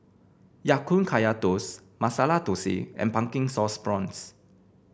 Ya Kun Kaya Toast Masala Thosai and Pumpkin Sauce Prawns